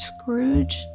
Scrooge